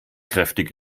kräftig